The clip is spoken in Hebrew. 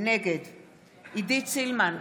נגד עידית סילמן,